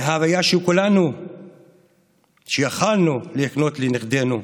מההוויה שיכולנו להקנות לנכדינו,